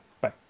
Bye